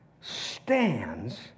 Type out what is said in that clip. stands